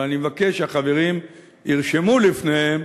אבל אני מבקש שהחברים ירשמו לפניהם